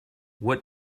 what